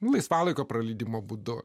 laisvalaikio praleidimo būdu